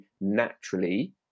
naturally